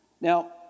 Now